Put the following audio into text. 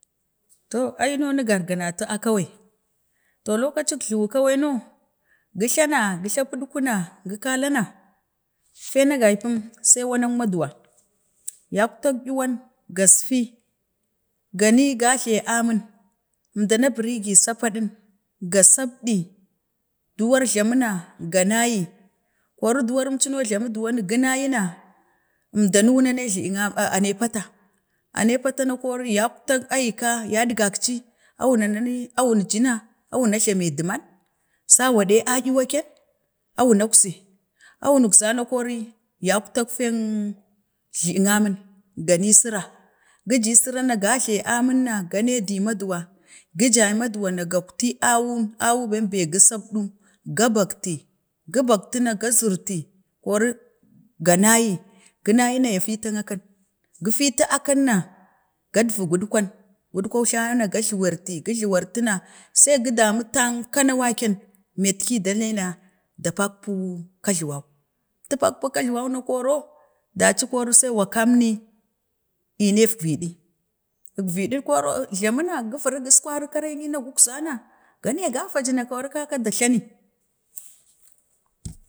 To aino nen gargunatu a kawai, to lokacik jlawo kawai no sijtana gijtana puɗkuna gu kala na fe na gai pum, sai wanak maduwa, yaktan chuwam gasfi gani ga jtai amin, əmda na birigi sapaɗin ga sabdi, duwar jlami na ga nayi, kori doworim cuno jlamu za ginayi na, əmdanuwun are jlabik, aa ane patam ane pata ne kori yaktak aka yadgakci auna ni aun ji na awun jlami dumum, sau waɗi achuwaken a wunak zai, a wunuk za na, kori yaktak fen, jla yik amin, gani sira giji sira ni gapla amin na gane du maduwa ja maduwa gakti awun, awun bembe gu sabiɗu ga bakti gu baktuna ga zivti kori ga na yi, ganayi na ya fitan akan na gadvi gudkwan, gudkwan jtawana ga jluwarti, gi jluwartina sai gu damu tanka na waken, meyitki dawana da pakpu kagluwan, atu pakpu gagluwan na koro, daci koro na se wa kamni ənek ziɗi, əgviɗi koro flamina givivu geskori kareni na gukzana gane ga vadi koro kaka tenda glani